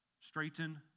straighten